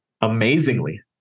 amazingly